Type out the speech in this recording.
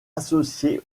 associé